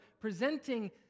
presenting